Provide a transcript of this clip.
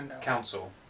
Council